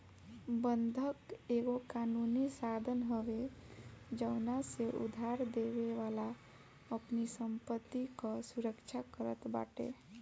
बंधक एगो कानूनी साधन हवे जवना से उधारदेवे वाला अपनी संपत्ति कअ सुरक्षा करत बाटे